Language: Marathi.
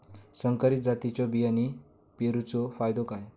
संकरित जातींच्यो बियाणी पेरूचो फायदो काय?